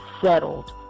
settled